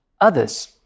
others